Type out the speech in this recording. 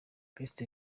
best